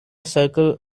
circle